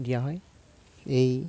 দিয়া হয় এই